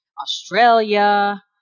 Australia